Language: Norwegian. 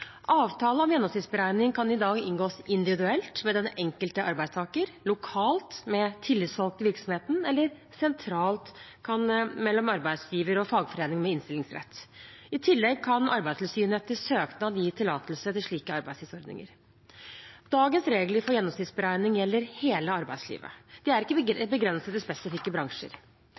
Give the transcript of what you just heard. Avtale om gjennomsnittsberegning kan i dag inngås individuelt med den enkelte arbeidstaker, lokalt med tillitsvalgte i virksomheten eller sentralt mellom arbeidsgiver og fagforening med innstillingsrett. I tillegg kan Arbeidstilsynet etter søknad gi tillatelse til slike arbeidstidsordninger. Dagens regler for gjennomsnittsberegning gjelder hele arbeidslivet. De er ikke begrenset til spesifikke bransjer.